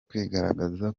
kwigaragaza